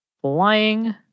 flying